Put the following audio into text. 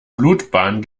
blutbahnen